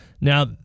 now